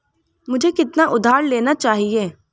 मुझे कितना उधार लेना चाहिए?